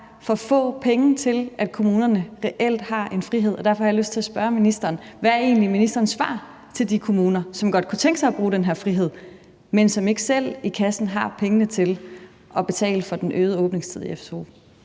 for få penge til, at kommunerne reelt har en frihed. Derfor har jeg lyst til at spørge ministeren: Hvad er egentlig ministerens svar til de kommuner, som godt kunne tænke sig at bruge den her frihed, men som ikke selv i kassen har pengene til at betale for den øgede åbningstid i